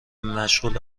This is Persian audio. مشغول